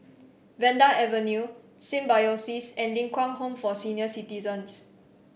Vanda Avenue Symbiosis and Ling Kwang Home for Senior Citizens